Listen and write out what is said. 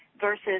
versus